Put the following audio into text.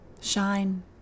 Shine